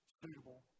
suitable